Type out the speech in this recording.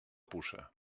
puça